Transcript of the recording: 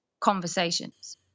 conversations